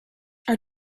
are